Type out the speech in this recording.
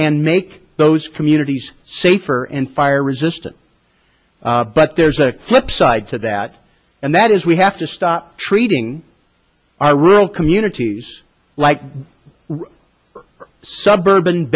and make those communities safer and fire resistant but there's a flip side to that and that is we have to stop treating our rural communities like suburban